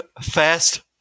fast